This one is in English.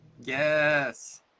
Yes